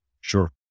Sure